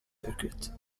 circuit